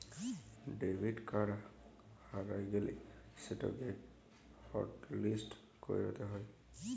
debit card হারাঁয় গ্যালে সেটকে হটলিস্ট ক্যইরতে হ্যয়